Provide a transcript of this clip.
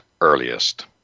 earliest